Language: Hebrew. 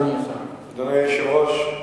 אדוני היושב-ראש,